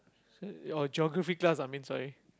or Geography class I mean sorry